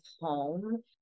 home